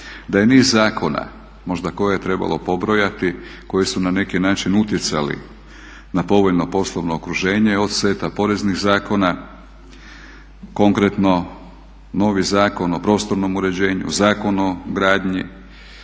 da je niz zakona koje možda trebalo pobrojati koji su na neki način utjecali na povoljno-poslovno okruženje od seta poreznih zakona, konkretno novi Zakon o prostornom uređenju, Zakon o gradnji,